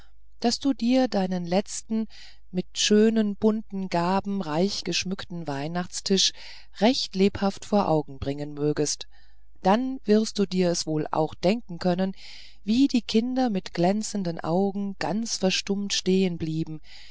daß du dir deinen letzten mit schönen bunten gaben reich geschmückten weihnachtstisch recht lebhaft vor augen bringen mögest dann wirst du es dir wohl auch denken können wie die kinder mit glänzenden augen ganz verstummt